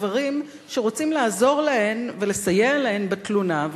הגברים שרוצים לעזור להן ולסייע להן בתלונה,